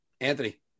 Anthony